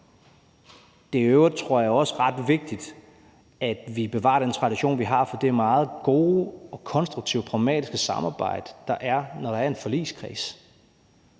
Det er i øvrigt også ret vigtigt, tror jeg, at vi bevarer den tradition, vi har, for det meget gode, konstruktive og pragmatiske samarbejde, der er, når der er en forligskreds.